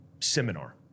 seminar